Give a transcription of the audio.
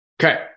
Okay